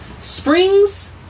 spring's